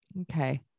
okay